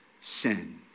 sin